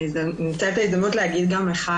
אנצל את ההזדמנות להגיד גם לך,